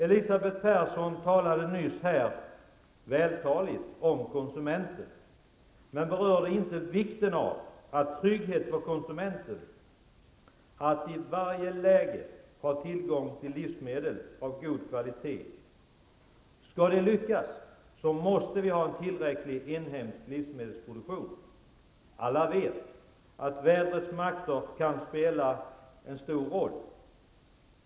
Elisabeth Persson talade nyss i vackra ord om konsumenten men berörde inte vikten av för konsumenten att i varje läge ha tillgång till livsmedel av god kvalitet. Om vi skall lyckas, måste vi ha en tillräckligt stor inhemsk livsmedelsproduktion. Alla vet att vädrets makter kan spela en stor roll.